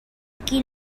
qui